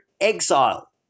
exile